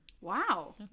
wow